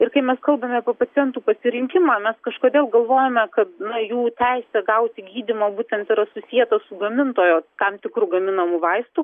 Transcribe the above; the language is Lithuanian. ir kai mes kalbame apie pacientų pasirinkimą mes kažkodėl galvojame kad na jų teisė gauti gydymo būtent yra susieta su gamintojo tam tikru gaminamu vaistu